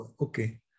Okay